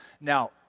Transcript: Now